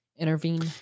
intervene